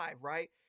right